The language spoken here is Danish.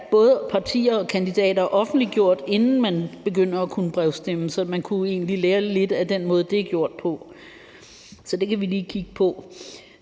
både partier og kandidater offentliggjort, inden man begynder at kunne brevstemme, så man kunne egentlig lære lidt af den måde, det er gjort på. Så det kan vi lige kigge på.